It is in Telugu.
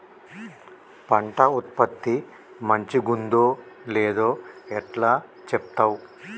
పంట ఉత్పత్తి మంచిగుందో లేదో ఎట్లా చెప్తవ్?